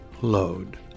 load